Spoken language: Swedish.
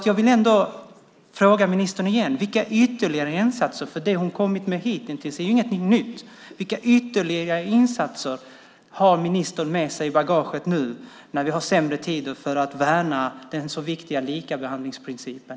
Jag vill därför igen fråga ministern: Vilka ytterligare insatser - vad ministern hitintills kommit med är ju ingenting nytt - har ministern nu när det är sämre tider med sig i bagaget för att värna den så viktiga likabehandlingsprincipen?